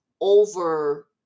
over